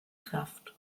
kraft